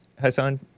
Hassan